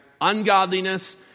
ungodliness